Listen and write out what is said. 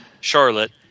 Charlotte